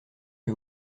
que